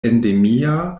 endemia